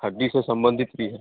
हड्डी से संबंधित भी है